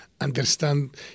understand